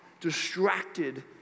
distracted